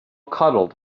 cuddled